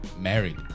married